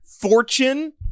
Fortune